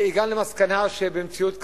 הגענו למסקנה שבמציאות כזאת,